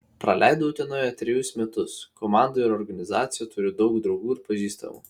praleidau utenoje trejus metus komandoje ir organizacijoje turiu daug draugų ir pažįstamų